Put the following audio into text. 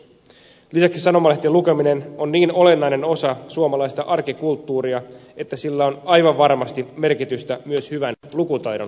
lisäksi sanomalehtien lukeminen on niin olennainen osa suomalaista arkikulttuuria että sillä on aivan varmasti merkitystä myös hyvän lukutaidon kehittymisessä